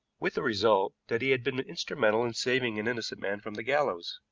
with the result that he had been instrumental in saving an innocent man from the gallows.